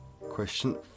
Question